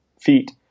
feet